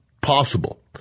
possible